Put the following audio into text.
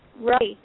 right